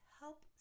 help